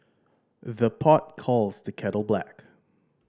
the pot calls the kettle black